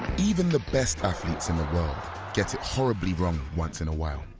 even the best athletes in the world get it horribly wrong once in a while.